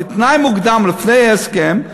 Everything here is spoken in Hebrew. כתנאי מוקדם לפני ההסכם,